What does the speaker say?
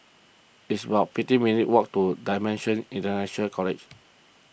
it's about fifteen minutes' walk to Dimensions International College